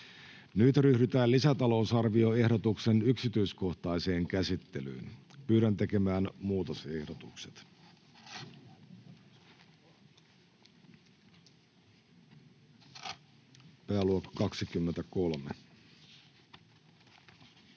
Nyt ryhdytään lisätalousarvioehdotuksen yksityiskohtaiseen käsittelyyn. Hanna Sarkkisen ehdotus 2 ja Pia